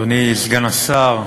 אדוני סגן השר,